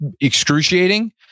excruciating